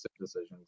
decisions